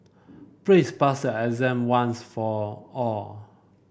please pass exam once for all